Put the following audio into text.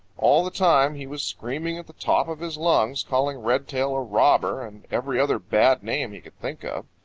all the time he was screaming at the top of his lungs, calling redtail a robber and every other bad name he could think of.